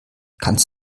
kannst